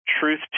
truth